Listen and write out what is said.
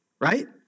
right